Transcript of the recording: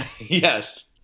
Yes